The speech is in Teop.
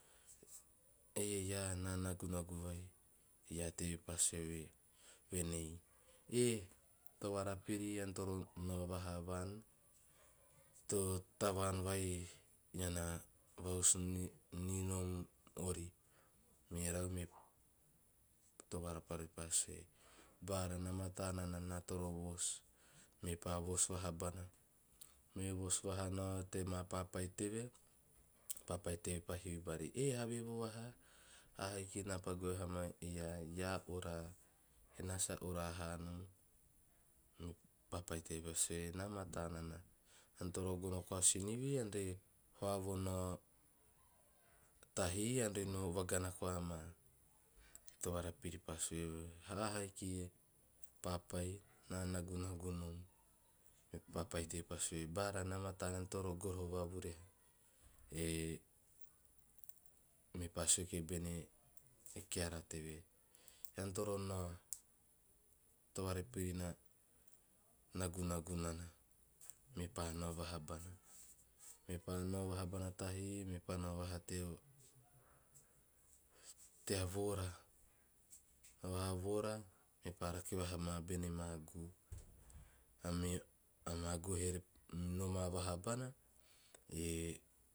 "Eh iaa na nagunagu vai," iaa teve pa sue venei, "eh torarapiri ean toro nau vaha vaan teo tavaan vai ean na vahusu ninom ori. Merau me tovarapiri pa sue "baara na mata nana toro noos." Mepa voos vahabana mee voos vahanao tea maa papai teve, papai teve pa hivi raha "eh havevo vahaa?" A hiki na paa goe vaha man e iaa, eh iaa oraa, eha sa oraa hanom." Me papai tevapoo sue "na mataa nana ean toro gono koa a sinivi ean re hoa vonao tahi ean re no vagana koama." Torarapiri pa sue "ahaiki papai na nagunagu nom" papai teve pa sue," na mataa nana ean toro goroho vavuriha." Mepa sue ki bene keara teve ean toro nao e tovarapiri na nagunagu nana" mepa nao vaha bana. Mepa nao vaha ban tahi mepaa nao nao vaha teo tea voora mepaa rake vahama bene ma guu. ama guu here noma vaha bana e